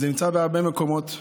זה נמצא בהרבה מקומות.